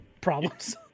problems